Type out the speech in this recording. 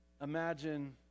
Imagine